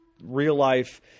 real-life